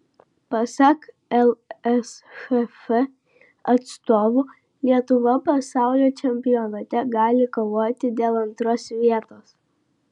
pasak lsšf atstovų lietuva pasaulio čempionate gali kovoti dėl antros vietos